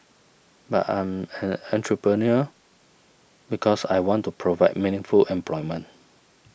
but I'm an entrepreneur because I want to provide meaningful employment